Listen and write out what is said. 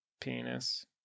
Penis